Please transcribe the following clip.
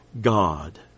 God